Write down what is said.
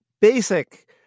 basic